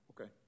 Okay